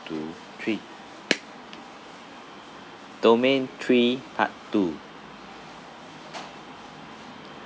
two three domain three part two